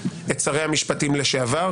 את שרי המשפטים לשעבר,